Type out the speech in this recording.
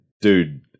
dude